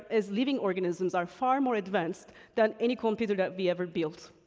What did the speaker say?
as living organisms, are far more advanced than any computer that we ever built.